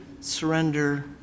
surrender